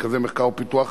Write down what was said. מרכזי מחקר ופיתוח,